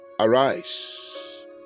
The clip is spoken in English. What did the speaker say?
Arise